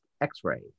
x-ray